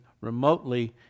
remotely